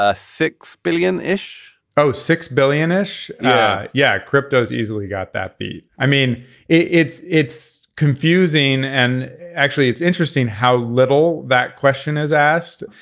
ah six billion ish oh six billion ish yeah. cryptos easily got that beat. i mean it's it's confusing and actually it's interesting how little that question is asked.